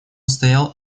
стоял